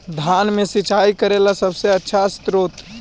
धान मे सिंचाई करे ला सबसे आछा स्त्रोत्र?